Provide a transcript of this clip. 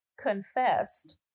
confessed